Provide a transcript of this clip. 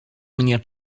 mnie